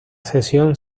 sesión